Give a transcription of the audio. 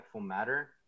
matter